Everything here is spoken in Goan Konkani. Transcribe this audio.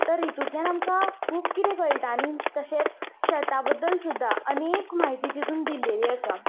तर हितूंतल्यान आमकां खूब कितें कळटा आनी तशेंत शेत शेता बद्दल सुद्दां आनी अनेक माहिती तितून दिल्लेली आसा